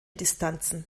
distanzen